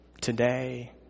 today